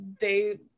they-